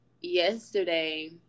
yesterday